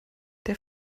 der